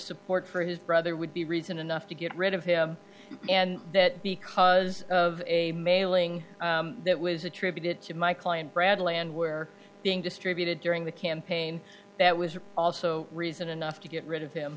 support for his brother would be reason enough to get rid of him and that because of a mailing that was attributed to my client brad land where being distributed during the campaign that was also reason enough to get rid of him